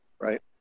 right